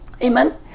Amen